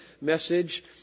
Message